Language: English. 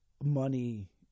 money